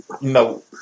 No